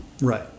Right